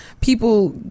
People